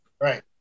Right